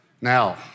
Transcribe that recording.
Now